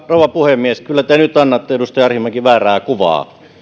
rouva puhemies kyllä te nyt annatte edustaja arhinmäki väärää kuvaa